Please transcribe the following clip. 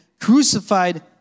crucified